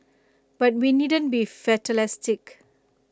but we needn't be fatalistic